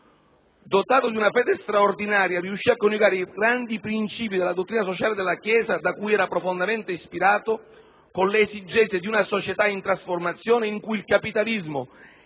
Dotato di una fede straordinaria, riuscì a coniugare i grandi princìpi della dottrina sociale della Chiesa, da cui era profondamente ispirato, con le esigenze di una società in trasformazione, in cui il capitalismo e